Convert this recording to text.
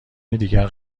دیگر